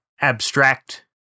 abstract